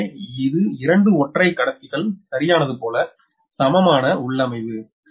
எனவே இது இரண்டு ஒற்றை கடத்திகள் சரியானது போல சமமான உள்ளமைவு